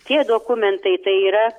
tie dokumentai tai yra